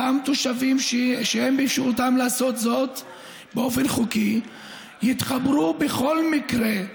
אותם תושבים שאין באפשרותם לעשות זאת באופן חוקי יתחברו בכל מקרה,